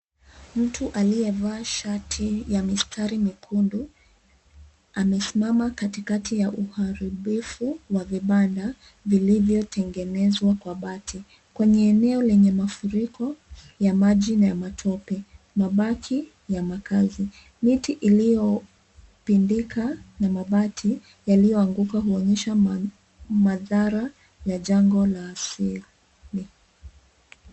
Mtu aliyevaa shati ya mistari mekundu amesimama katikati ya uharibifu wa vibanda vilivyotengenezwa kwa bati. Kwenye eneo lenye mafuriko ya maji na ya matope, mabaki ya makazi, miti iliyopindika na mabati yaliyoanguka, huonyesha madhara ya janga la asili.